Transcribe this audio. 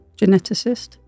geneticist